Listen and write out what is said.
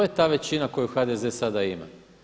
To je ta većina koju HDZ sada ima.